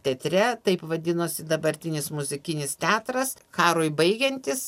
teatre taip vadinosi dabartinis muzikinis teatras karui baigiantis